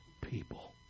people